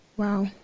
Wow